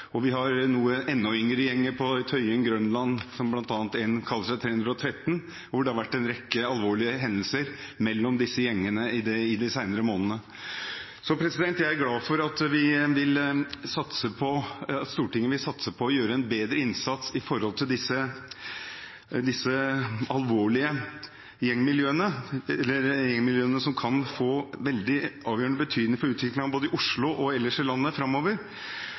og vi har enda yngre gjenger på Tøyen og Grønland, bl.a. en som kaller seg 313, hvor det har vært en rekke alvorlige hendelser mellom disse gjengene de senere månedene. Jeg er glad for at Stortinget vil satse på å gjøre en bedre innsats overfor disse alvorlige gjengmiljøene, som kan få veldig avgjørende betydning for utviklingen både i Oslo og ellers i landet framover.